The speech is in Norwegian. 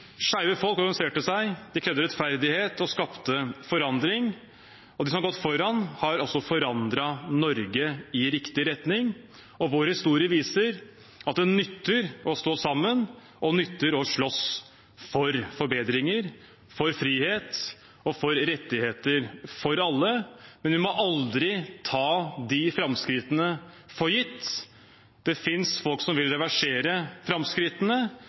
Skeive folk organiserte seg, de krevde rettferdighet og skapte forandring. De som har gått foran, har altså forandret Norge i riktig retning. Vår historie viser at det nytter å stå sammen, og det nytter å slåss for forbedringer, for frihet og for rettigheter for alle, men vi må aldri ta framskrittene for gitt. Det finnes folk som vil reversere framskrittene.